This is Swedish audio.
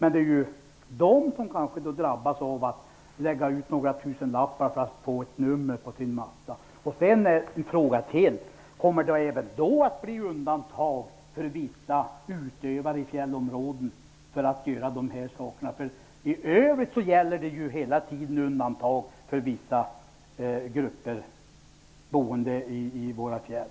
Men det är ortsbefolkningen som drabbas och får lägga ut några tusenlappar för att få ett nummer på skotermattan. Jag har en fråga till: Kommer det även då att bli undantag för vissa utövare i fjällområdena? I övrigt gäller ju hela tiden undantag för vissa grupper som bor i våra fjäll.